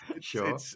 Sure